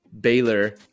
Baylor